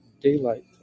Daylight